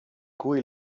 cui